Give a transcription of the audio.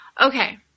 okay